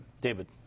David